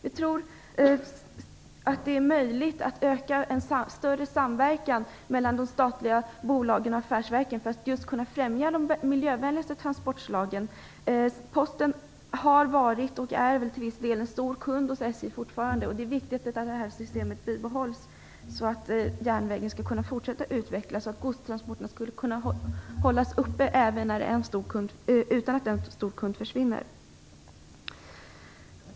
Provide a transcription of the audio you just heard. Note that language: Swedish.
Vi tror att det är möjligt att skapa större samverkan mellan de statliga bolagen och affärsverken för att på så sätt främja de miljövänligaste transportslagen. Posten har varit och är till viss del fortfarande stor kund hos SJ. Det är viktigt att detta system bibehålls så att järnvägen kan fortsätta att utvecklas och godstransporterna kan fortsätta trots att en stor kund försvinner.